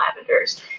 lavenders